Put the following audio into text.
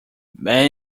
man